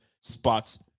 spots